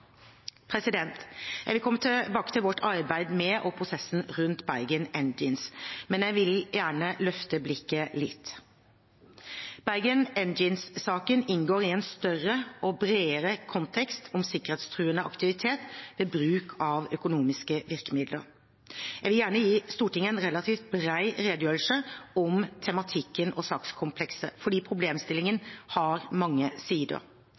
Jeg vil komme tilbake til vårt arbeid med, og prosessen rundt, Bergen Engines. Men jeg vil gjerne løfte blikket litt. Bergen Engines-saken inngår i en større og bredere kontekst om sikkerhetstruende aktivitet ved bruk av økonomiske virkemidler. Jeg vil gjerne gi Stortinget en relativt bred redegjørelse om tematikken og sakskomplekset fordi problemstillingen har mange sider.